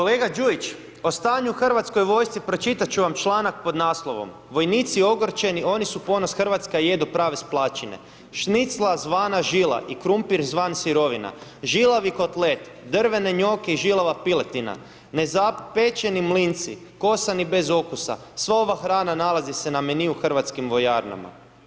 Kolega Đujić, o stanju u hrvatskoj vojsci pročitat ću vam članak pod naslovom Vojnici ogorčeni, oni su ponos Hrvatske, a jedu prave splačine, šnicla zvana žila i krumpir zvan sirovina, žilavi kotlet, drvene njoke i žilava piletina, nezapečeni mlinci, kosani bez okusa, sva ova hrana nalazi se na meniju u hrvatskim vojarnama.